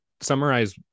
summarize